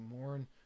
mourn